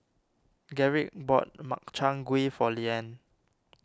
Garrick bought Makchang Gui for Leann